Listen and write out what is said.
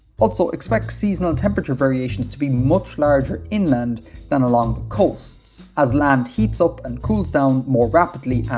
also expect seasonal temperature variations to be much larger inland than along the coasts as land heats up and cools down more rapidly,